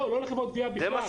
לא, לא לחברות גבייה בכלל.